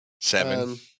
Seven